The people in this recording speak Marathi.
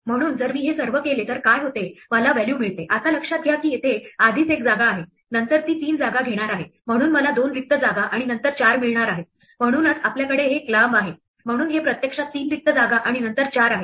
म्हणून जर मी हे सर्व केले तर काय होते मला व्हॅल्यू मिळते आता लक्षात घ्या की येथे आधीच एक जागा आहे नंतर ती तीन जागा घेणार आहे म्हणून मला दोन रिक्त जागा आणि नंतर 4 मिळणार आहेत म्हणूनच आपल्याकडे हे लांब आहे म्हणून हे प्रत्यक्षात तीन रिक्त जागा आणि नंतर 4 आहे